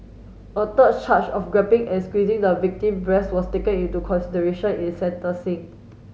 a third charge of grabbing and squeezing the victim breast was taken into consideration in sentencing